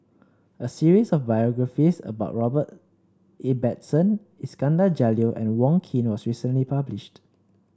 a series of biographies about Robert Ibbetson Iskandar Jalil and Wong Keen was recently published